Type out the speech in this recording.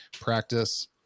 practice